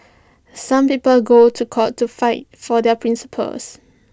some people go to court to fight for their principles